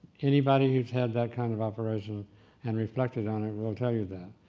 anybody who's had that kind of operation and reflected on it will tell you that.